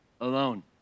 alone